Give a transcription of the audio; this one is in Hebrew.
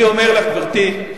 אני אומר לך, גברתי,